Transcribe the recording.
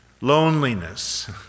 loneliness